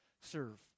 serve